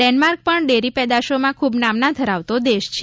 Denmark પણ dairy પેદાશોમાં ખૂબ નામના ધરાવતા દેશ છે